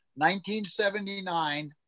1979